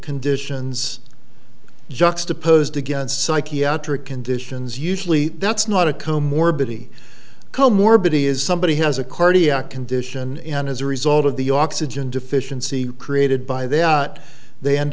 conditions juxtaposed against psychiatric conditions usually that's not a co morbidity co morbid he is somebody has a cardiac condition and as a result of the oxygen deficiency created by them they end